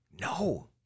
no